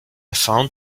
found